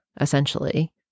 essentially